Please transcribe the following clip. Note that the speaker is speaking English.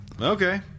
Okay